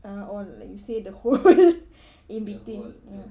uh or like you say the hole in between ya